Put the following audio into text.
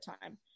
time